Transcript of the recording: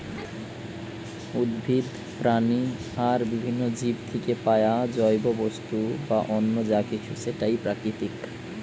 উদ্ভিদ, প্রাণী আর বিভিন্ন জীব থিকে পায়া জৈব বস্তু বা অন্য যা কিছু সেটাই প্রাকৃতিক